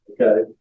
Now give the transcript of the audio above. Okay